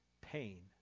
Pain